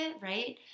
right